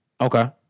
Okay